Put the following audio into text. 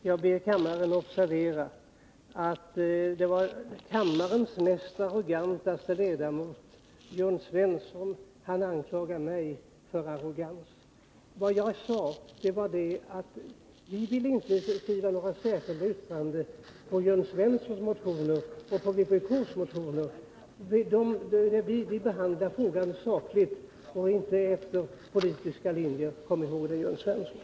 Herr talman! Jag ber kammarens ledamöter att observera att det var kammarens mest arrogante ledamot, Jörn Svensson, som anklagade mig för arrogans. Jag sade att vi inte ville skriva något särskilt yttrande över motioner från Jörn Svensson eller övriga företrädare för vpk. Vi behandlar frågan sakligt och inte efter politiska linjer. Kom ihåg det, Jörn Svensson.